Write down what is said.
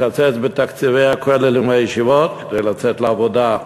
לקצץ בתקציבי הכוללים והישיבות, כדי לצאת לעבודה.